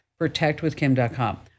protectwithkim.com